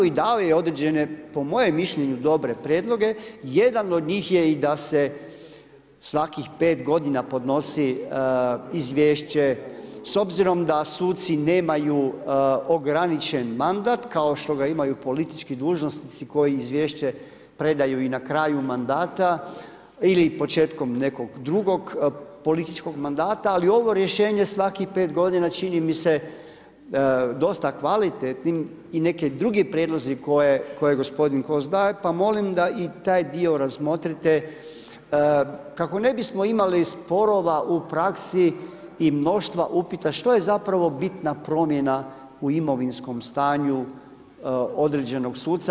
I dao je određeno, po mojem mišljenju dobre prijedloge, jedan od njih je i da se svakih 5 g. podnosi izvješće, s obzirom da suci nemaju ograničen mandat, kao što ga imaju politički dužnosnici, koji izvješće predaju i na kraju mandata ili početkom nekog drugog političkog mandata, ali ovo rješenje svakih 5 g. čini mi se dosta kvalitetnim i neki drugi prijedlozi koje gospodin Kos da, pa molim da i taj dio razmotrite, kako ne bismo imali sporova u praksi i mnoštva upita, što je zapravo bitna promjena u imovinskom stanju određenog suca.